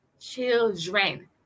children